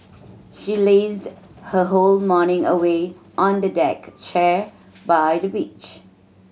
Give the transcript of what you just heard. she lazed her whole morning away on a deck chair by the beach